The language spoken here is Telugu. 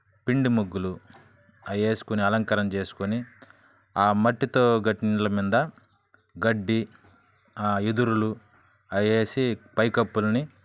పిండి ముగ్గులు వేసుకొని అలంకరణ చేసుకొని ఆ మట్టితో కట్టిన ఇళ్ళ మీద గడ్డి వెదురులు వేసి పైకప్పులని